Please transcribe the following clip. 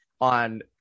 on